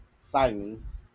Simons